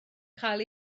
cael